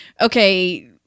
okay